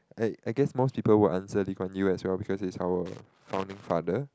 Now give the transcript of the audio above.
I I guess most people will answer Lee-Kuan-Yew as well because he's our founding father